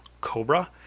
Cobra